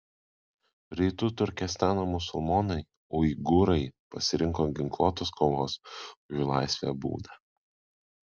rytų turkestano musulmonai uigūrai pasirinko ginkluotos kovos už laisvę būdą